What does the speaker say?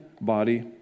body